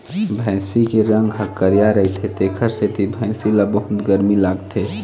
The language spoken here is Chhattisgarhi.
भइसी के रंग ह करिया रहिथे तेखरे सेती भइसी ल बहुत गरमी लागथे